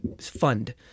fund